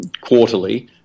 quarterly